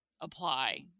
apply